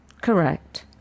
correct